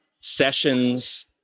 sessions